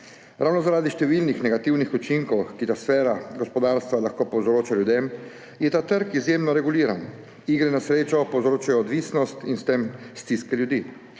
Ravno zaradi številnih negativnih učinkov, ki jih ta sfera gospodarstva lahko povzroča ljudem, je ta trg izjemno reguliran. Igre na srečo povzročajo odvisnost in s tem stiske ljudi.